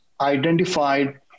identified